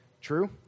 True